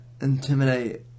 intimidate